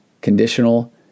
conditional